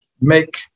make